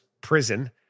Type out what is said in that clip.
prison